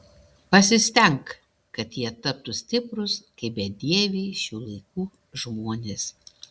pasistenk kad jie taptų stiprūs kaip bedieviai šių laikų žmonės